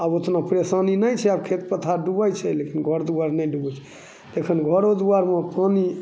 आब ओहिठिना परेशानी नहि छै आब खेत पथार डूबैत छै लेकिन घर दुआरि नहि डूबैत छै जखन घरो दुआरिमे पानि